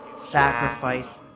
sacrifice